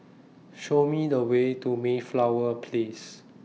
Show Me The Way to Mayflower Place